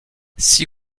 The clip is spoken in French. six